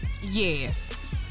Yes